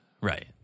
Right